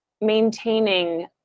maintaining